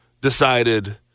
decided